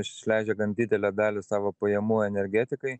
išleidžia gan didelę dalį savo pajamų energetikai